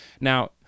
now